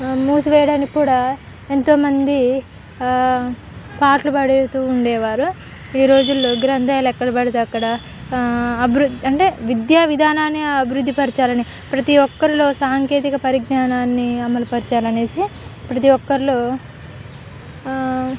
మూసివేయడానికి కూడా ఎంతోమంది పాటలు పాడుతూ ఉండేవారు ఈ రోజుల్లో గ్రంథాలయాలు ఎక్కడ పడితే అక్కడ అభివృద్ధి అంటే విద్యా విధానాన్ని అభివృద్ధిపరచాలని ప్రతి ఒక్కరిలో సాంకేతిక పరిజ్ఞానాన్ని అమలుపరచాలి అనేసి ప్రతి ఒక్కరిలో